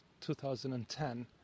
2010